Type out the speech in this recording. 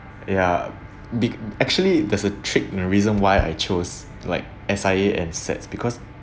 ya big actually there's a trick and the reason why I chose like S_I_A and SETS because